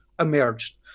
emerged